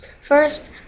First